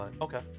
Okay